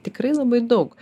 tikrai labai daug